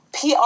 PR